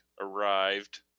arrived